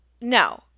No